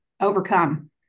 overcome